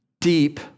deep